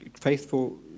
faithful